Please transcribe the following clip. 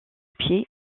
pied